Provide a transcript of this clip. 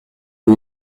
une